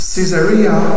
Caesarea